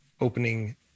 opening